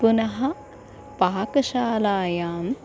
पुनः पाकशालायां